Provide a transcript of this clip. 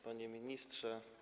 Panie Ministrze!